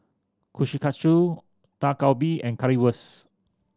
Kushikatsu Dak Galbi and Currywurst